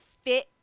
fit